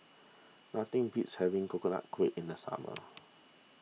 nothing beats having Coconut Kuih in the summer